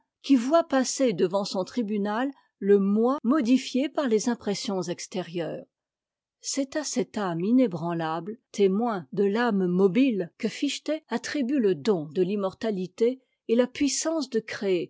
qui voit passer devant son tribunal le moi modifié par les impressions extérieures c'est à cette âme inébranlable témoin de l'âme mobile que fichte attribue le don de fimmortalité et la puissance de